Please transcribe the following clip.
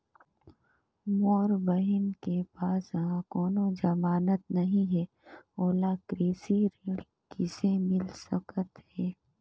मोर बहिन के पास ह कोनो जमानत नहीं हे, ओला कृषि ऋण किसे मिल सकत हे?